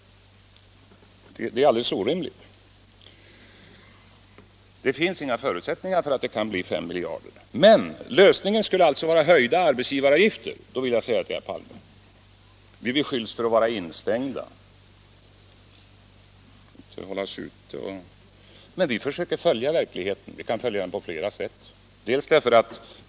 Det är alldeles orimligt. Lösningen skulle alltså vara höjda arbetsgivaravgifter. Vi beskylls för att vara instängda, vi skall röra oss ute. Vi försöker följa verkligheten, och det kan vi göra på flera sätt.